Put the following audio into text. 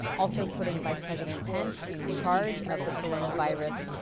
also putting vice president pence in charge of the coronavirus.